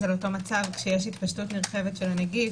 על המצב כשיש התפשטות נרחבת של הנגיף,